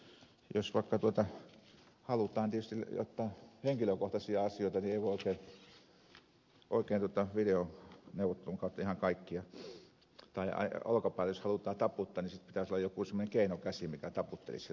on tietysti sellaisia asioita vaikka joitain henkilökohtaisia asioita että ei voi oikein videoneuvottelun kautta ihan kaikkia hoitaa tai jos olkapäälle halutaan taputtaa niin sitten pitäisi olla semmoinen keinokäsi mikä taputtelisi jos tämmöistä ehdottomasti vaatii